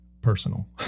personal